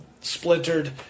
splintered